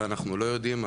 ואנחנו כבר לא יודעים,